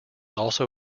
also